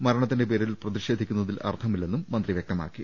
മരണത്തിന്റെ പേരിൽ പ്രതിഷേധിക്കുന്നതിൽ അർത്ഥമില്ലെന്നും മന്ത്രി വൃക്തമാക്കി